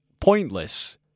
pointless